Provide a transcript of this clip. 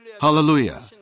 Hallelujah